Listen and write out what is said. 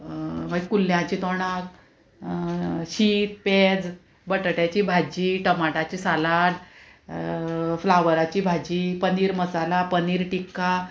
मागीर कुल्ल्याची तोणाक शीत पेज बटाट्याची भाजी टमाटाची सालाड फ्लावराची भाजी पनीर मसाला पनीर टिक्का